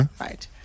Right